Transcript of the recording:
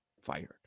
fired